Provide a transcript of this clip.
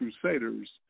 Crusaders